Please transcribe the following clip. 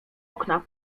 okna